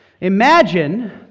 Imagine